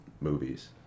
movies